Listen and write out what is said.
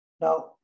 Now